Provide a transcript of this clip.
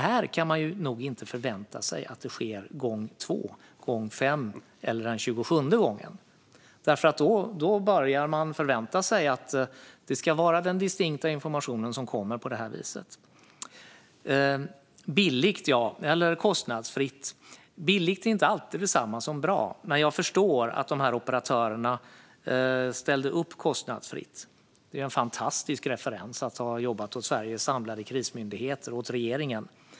Vi kan nog inte förvänta oss att detta sker andra gången, femte gången eller tjugosjunde gången. Då börjar man förvänta sig att det är distinkt information som kommer på det här viset. När det gäller detta med billigt eller kostnadsfritt är billigt är inte alltid detsamma som bra. Jag förstår dock att de här operatörerna ställde upp kostnadsfritt. Det är ju en fantastisk referens att ha jobbat åt Sveriges samlade krismyndigheter och åt regeringen.